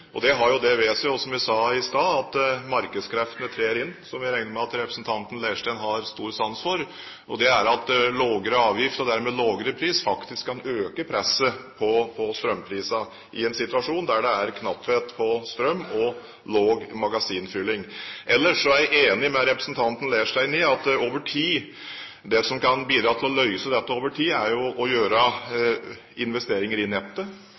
Det har det ved seg, som jeg sa i sted, at markedskreftene trer inn – som jeg regner med at representanten Leirstein har stor sans for. Lavere avgift og dermed lavere pris kan faktisk øke presset på strømprisene i en situasjon der det er knapphet på strøm og lav magasinfylling. Ellers er jeg enig med representanten Leirstein i at det som kan bidra til å løse dette over tid, er å gjøre investeringer i nettet,